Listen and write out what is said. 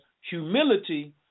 humility